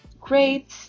great